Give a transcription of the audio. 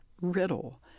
riddle